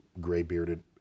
gray-bearded